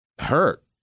hurt